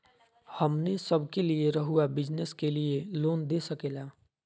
हमने सब के लिए रहुआ बिजनेस के लिए लोन दे सके ला?